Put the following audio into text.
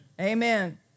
Amen